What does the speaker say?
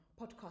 podcast